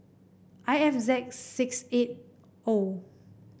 I F Z six eight O